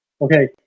Okay